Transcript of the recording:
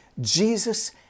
Jesus